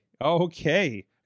okay